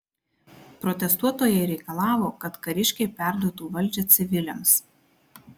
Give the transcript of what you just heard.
protestuotojai reikalavo kad kariškiai perduotų valdžią civiliams